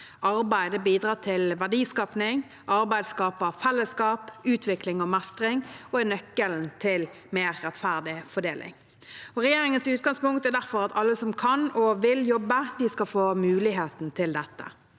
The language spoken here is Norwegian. Arbeid bidrar til verdiskaping. Arbeid skaper fellesskap, utvikling og mestring og er nøkkelen til mer rettferdig fordeling. Regjeringens utgangspunkt er derfor at alle som kan og vil jobbe, skal få muligheten til dette.